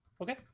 Okay